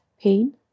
pain